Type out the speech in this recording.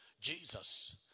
Jesus